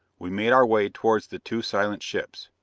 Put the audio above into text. we made our way towards the two silent ships.